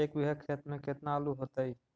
एक बिघा खेत में केतना आलू होतई?